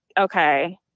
okay